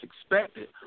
expected